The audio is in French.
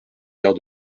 gare